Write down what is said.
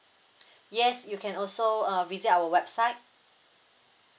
yes you can also uh visit our website